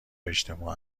اجتماع